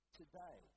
today